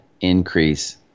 increase